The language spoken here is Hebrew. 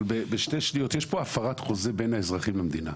אבל יש פה הפרת חוזה בין האזרחים למדינה.